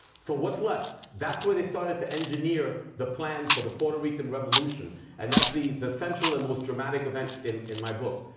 so, what's left? that's where they started to engineer the plan for the puerto rican revolution and that's the the central and the most dramatic event in in my book.